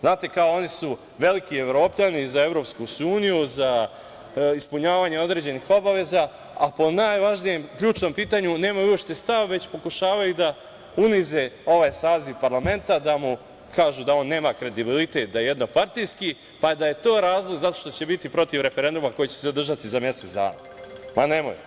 Znate, kao, oni su veliki Evropljani, za EU, za ispunjavanje određenih obaveza, a po najvažnijem ključnom pitanju nemaju uopšte stav, već pokušavaju da unize ovaj saziv parlamenta, da mu kažu da on nema kredibilitet, da je jednopartijski, pa da je to razlog zato što će biti protiv referenduma koji će se održati za mesec dana.